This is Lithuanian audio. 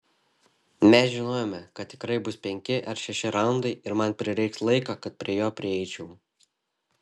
mes žinojome kad tikrai bus penki ar šeši raundai ir man prireiks laiko kad prie jo prieičiau